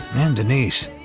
and denise.